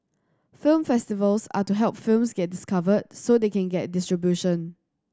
film festivals are to help films get discovered so they can get distribution